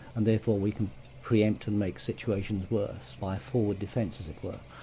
and therefore we can pre-empt and make situations worse by forward defence, as it were.